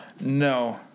No